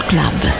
Club